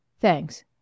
Thanks